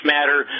Matter